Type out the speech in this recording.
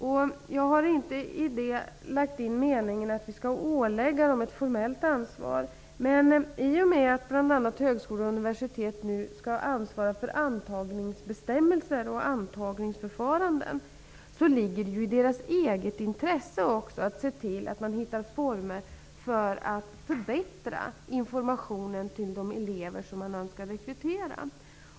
Men jag menar inte att vi skall ålägga dem ett formellt ansvar. I och med att bl.a. högskolor och universitet nu skall ha ansvaret för antagningsbestämmelser och antagningsförfaranden ligger det i deras intresse att se till att hitta former för att förbättra informationen till de elever som man önskar rekrytera.